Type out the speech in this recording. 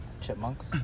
chipmunks